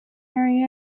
area